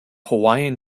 hawaiian